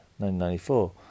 1994